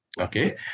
Okay